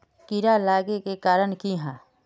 कीड़ा लागे के कारण की हाँ?